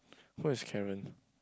who is Karen